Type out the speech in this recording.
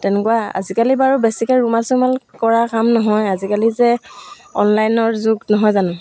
তেনেকুৱা আজিকালি বাৰু বেছিকৈ ৰুমাল চোমাল কৰাৰ কাম নহয় আজিকালি যে অনলাইনৰ যুগ নহয় জানো